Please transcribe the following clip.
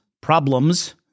problems